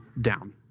down